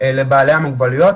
וגם עם האגודה,